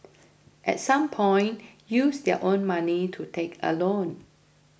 at some point use their own money to take a loan